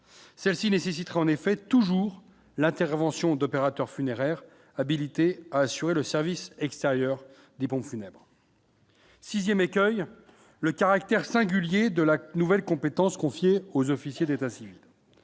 celle-ci nécessiterait en effet toujours l'intervention d'opérateurs funéraires habilitée à assurer le service extérieur des pompes funèbres. 6ème accueille le caractère singulier de la nouvelle compétence confiée aux officiers d'état civil